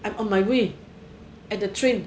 I'm on my way at the train